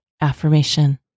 AFFIRMATION